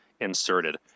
inserted